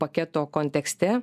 paketo kontekste